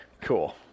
cool